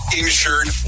insured